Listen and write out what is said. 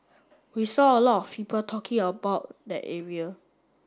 we saw a lot people talking about that area